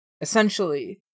essentially